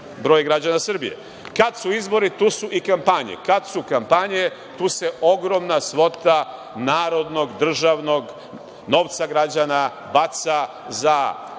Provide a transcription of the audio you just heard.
broj građana Srbije. Kad su izbori, tu su i kampanje. Kad su kampanje, tu se ogromna svota narodnog, državnog novca građana baca za